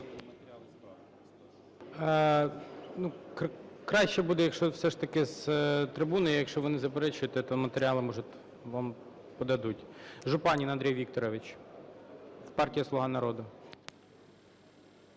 Краще буде, якщо все ж таки з трибуни, якщо ви не заперечуєте, то матеріали можуть вам подадуть. Жупанин Андрій Вікторович, партія "Слуга народу".